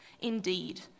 Indeed